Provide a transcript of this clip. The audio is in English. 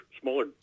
smaller